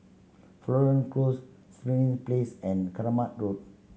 Florence Close Springs Place and Kramat Road